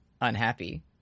unhappy